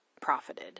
profited